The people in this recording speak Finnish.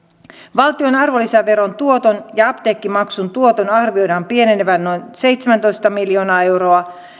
valtion arvonlisäveron tuoton ja apteekkimaksun tuoton arvioidaan pienenevän noin seitsemäntoista miljoonaa euroa